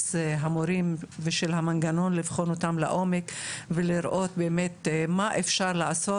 שיבוץ המורים ושל המנגנון לבחון אותם לעומק ולראות באמת מה אפשר לעשות,